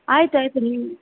ಆಯ್ತು ಆಯ್ತು ರೀ